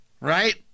Right